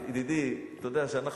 חבּיבּי, ידידי, אתה יודע שאנחנו,